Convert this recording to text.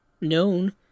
known